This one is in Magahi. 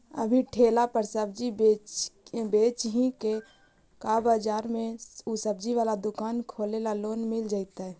अभी ठेला पर सब्जी बेच ही का बाजार में ज्सबजी बाला दुकान खोले ल लोन मिल जईतै?